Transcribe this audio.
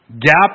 Gap